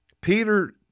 Peter